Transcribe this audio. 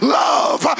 love